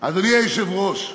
אדוני היושב-ראש,